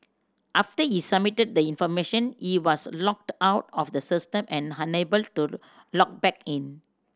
after he submitted the information he was logged out of the system and unable to log back in